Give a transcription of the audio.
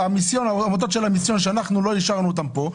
העמותות של המיסיון שלא אישרנו אותן פה,